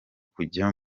kujya